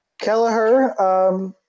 Kelleher